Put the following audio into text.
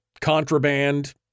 contraband